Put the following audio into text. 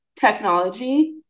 technology